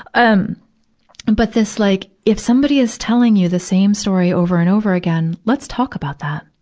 um and but this like, if somebody is telling you the same story over and over again, let's talk about that.